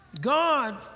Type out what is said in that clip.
God